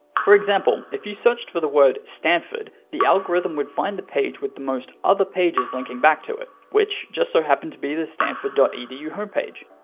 for example, if you searched for the word stanford, the algorithm would find the page with the most other pages linking back to it which, just so happened to be the stanford dot edu homepage.